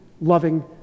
loving